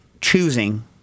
choosing